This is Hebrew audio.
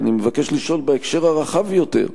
אני מבקש לשאול בהקשר הרחב יותר,